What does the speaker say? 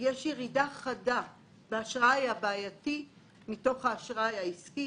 יש ירידה חדה באשראי הבעייתי מתוך האשראי העסקי.